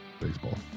baseball